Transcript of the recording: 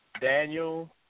Daniel